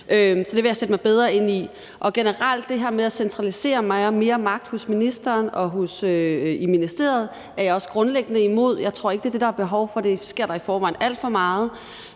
så det vil jeg sætte mig bedre ind i. Og generelt er jeg, i forhold til det her med at centralisere mere magt hos ministeren og i ministeriet, også grundlæggende imod. Jeg tror ikke, det er det, der er behov for. Det sker i forvejen alt for meget.